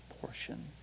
portion